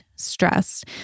stress